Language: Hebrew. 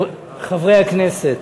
חברי הכנסת,